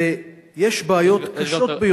ויש בעיות קשות ביותר,